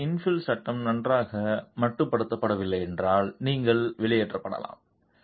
இப்போது இன்ஃபில் சட்டம் நன்றாக மட்டுப்படுத்தப்படவில்லை என்றால் நீங்கள் வெளியேற்றப்படலாம்